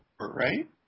right